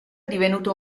divenuto